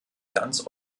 ganz